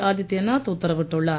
ஆதித்ய நாத் உத்தரவிட்டுள்ளார்